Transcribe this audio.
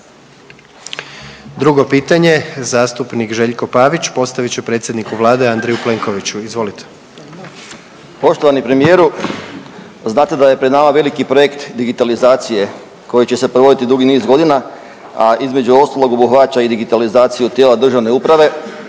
2. pitanje, zastupnik Željko Pavić postavit će predsjedniku Vlade Andreju Plenkoviću, izvolite. **Pavić, Željko (Socijaldemokrati)** Poštovani premijeru, znate da je pred nama veliki projekt digitalizacije koji će se provoditi dugi niz godina, a između ostalog, obuhvaća i digitalizaciju tijela državne uprave